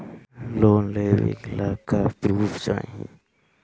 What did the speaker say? Loan लेवे ला का पुर्फ चाही?